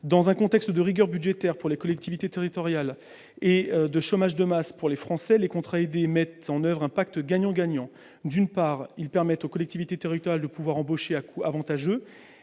Dans un contexte de rigueur budgétaire pour les collectivités territoriales et de chômage de masse pour les Français, les contrats aidés mettent en oeuvre un pacte gagnant-gagnant : ils permettent, d'une part, aux collectivités territoriales de pouvoir embaucher à coût avantageux,